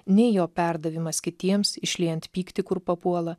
nei jo perdavimas kitiems išliejant pyktį kur papuola